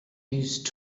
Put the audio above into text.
used